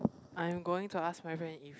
I'm going to ask my friend if